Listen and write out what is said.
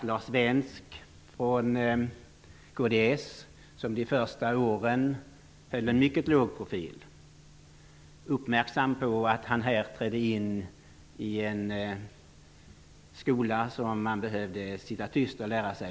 Lars Svensk från kds höll under de första åren en mycket låg profil. Han var uppmärksam på att han här trädde in i en skola där man ett tag behövde sitta tyst och lära sig.